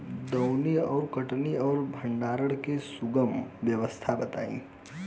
दौनी और कटनी और भंडारण के सुगम व्यवस्था बताई?